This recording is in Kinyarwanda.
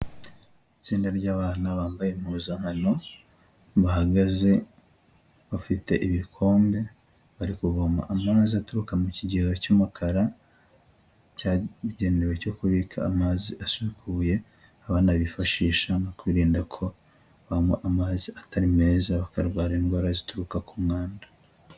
Itsinda ry'abana bambaye impuzankano bahagaze bafite ibikombe bari kuvoma amazi aturuka mu kigega cy'umukara cyagenewe cyo kubika amazi asukuye, abana bifashisha mu kwirinda ko banywa amazi atari meza bakarwara indwara zituruka ku mwanda.